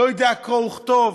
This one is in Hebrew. לא יודע קרוא וכתוב.